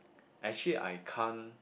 actually I can't